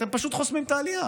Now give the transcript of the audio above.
אתם פשוט חוסמים את העלייה.